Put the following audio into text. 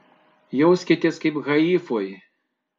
jauskitės kaip haifoj